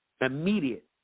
Immediate